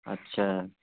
اچھا